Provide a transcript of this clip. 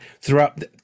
throughout